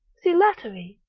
si lateri,